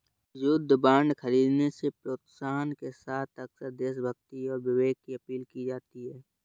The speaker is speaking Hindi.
युद्ध बांड खरीदने के प्रोत्साहन के साथ अक्सर देशभक्ति और विवेक की अपील की जाती है